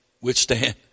withstand